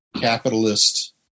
capitalist